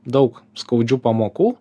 daug skaudžių pamokų